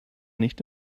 nicht